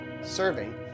serving